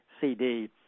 CD